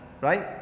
Right